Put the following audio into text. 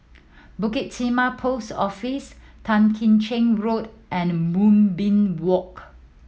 Bukit Timah Post Office Tan Kim Cheng Road and Moonbeam Walk